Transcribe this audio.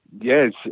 Yes